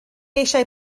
eisiau